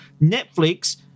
Netflix